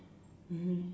mmhmm